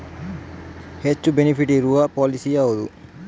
ಹೆಚ್ಚು ಬೆನಿಫಿಟ್ ಇರುವ ಪಾಲಿಸಿ ಯಾವುದು?